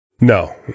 No